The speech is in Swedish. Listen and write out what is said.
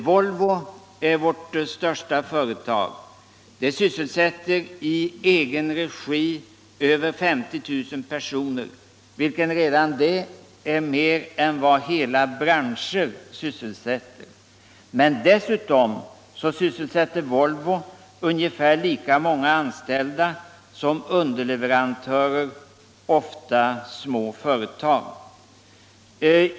Volvo är vårt största företag. Det sysselsätter i egen regi över 50 000 personer, vilket redan det är mer än vad hela branscher sysselsätter. Men dessutom sysselsätter Volvo ungefär lika många anställda såsom underleverantörer, ofta små företag.